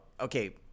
Okay